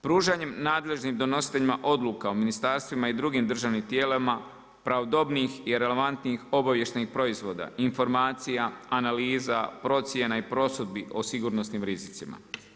Pružanjem nadležnim donositeljima odluka u ministarstvima i drugim državnim tijelima pravodobnih i relevantnih obavještajnih proizvoda, informacija, analiza, procjena i procjeni o sigurnosnim rizicima.